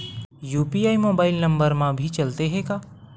UPI mobile number मा भी चलते हे का?